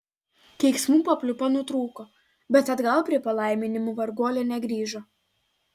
keiksmų papliūpa nutrūko bet atgal prie palaiminimų varguolė negrįžo